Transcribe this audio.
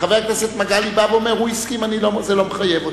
חבר כנסת מגלי והבה אומר: הוא הסכים וזה לא מחייב אותי.